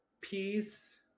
Peace